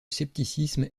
scepticisme